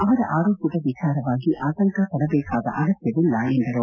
ಅವರ ಆರೋಗ್ಲದ ವಿಚಾರವಾಗಿ ಆತಂಕಪಡಬೇಕಾದ ಅಗತ್ತವಿಲ್ಲ ಎಂದರು